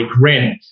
rent